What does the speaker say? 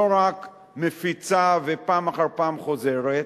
לא רק מפיצה ופעם אחר פעם חוזרת,